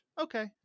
okay